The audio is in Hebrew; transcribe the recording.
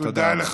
תודה רבה.